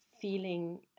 feeling